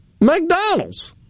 McDonald's